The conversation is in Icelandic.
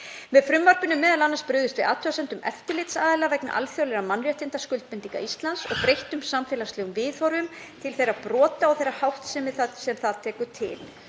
Með frumvarpinu er m.a. brugðist við athugasemdum eftirlitsaðila vegna alþjóðlegra mannréttindaskuldbindinga Íslands og breyttum samfélagslegum viðhorfum til þeirra brota og þeirrar háttsemi sem það tekur til.